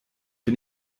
bin